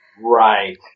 right